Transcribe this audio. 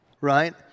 right